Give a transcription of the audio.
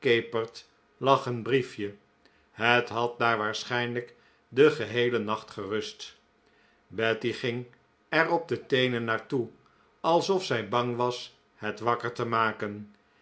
brief je het had daar waarschijnlijk den geheelen nacht gerust betty ging er op de teenen naar toe alsof zij bang was het wakker te maken